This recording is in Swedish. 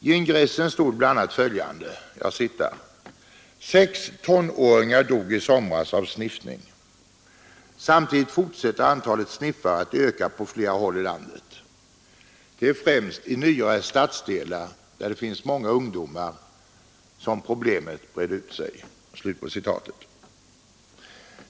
I ingressen stod bl.a.: Sex tonåringar dog i somras av sniffning. Samtidigt fortsätter antalet sniffare att öka på flera håll i landet. Det är främst i nyare stadsdelar där det finns många ungdomar som problemet breder ut sig.